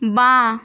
বাঁ